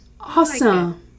Awesome